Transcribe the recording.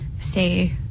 say